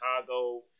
Chicago